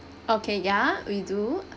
okay ya we do